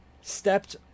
stepped